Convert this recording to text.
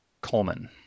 Coleman